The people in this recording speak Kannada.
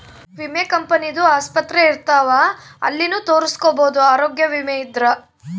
ವಿಮೆ ಕಂಪನಿ ದು ಆಸ್ಪತ್ರೆ ಇರ್ತಾವ ಅಲ್ಲಿನು ತೊರಸ್ಕೊಬೋದು ಆರೋಗ್ಯ ವಿಮೆ ಇದ್ರ